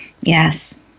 Yes